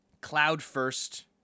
cloud-first